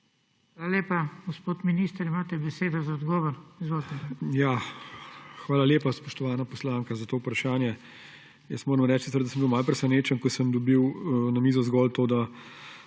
Hvala lepa. Gospod minister, imate besedo za odgovor. Izvolite. **ALEŠ HOJS:** Hvala lepa, spoštovana poslanka, za to vprašanje. Moram sicer reči, da sem bil malo presenečen, ko sem dobil na mizo zgolj to, da